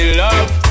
love